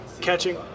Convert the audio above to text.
Catching